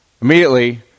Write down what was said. Immediately